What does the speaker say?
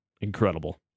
incredible